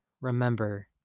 remember